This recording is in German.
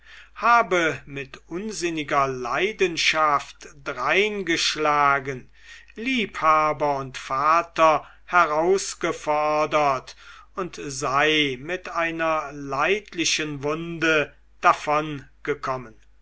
habe mit unsinniger leidenschaft dreingeschlagen liebhaber und vater herausgefordert und sei mit einer leidlichen wunde